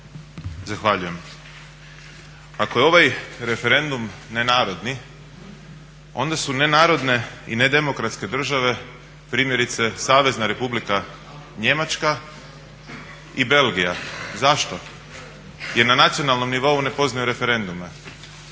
Zahvaljujem. Ako je ovaj referendum nenarodni onda su nenarodne i nedemokratske države primjerice Savezna Republika Njemačka i Belgija. Zašto, jer na nacionalnom nivou ne poznaju referendume.